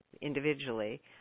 individually